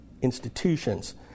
institutions